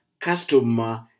customer